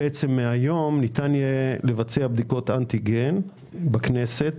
לבצע בדיקות אנטיגן בכנסת,